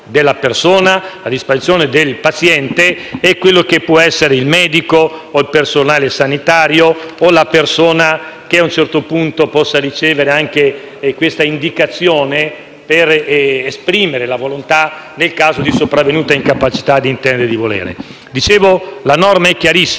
La norma è chiarissima